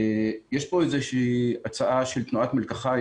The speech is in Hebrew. יש כאן איזושהי הצעה של תנועת מלקחיים,